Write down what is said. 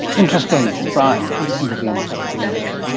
interesting. brian, what do you think of the anthropic universe?